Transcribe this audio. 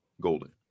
Golden